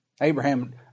Abraham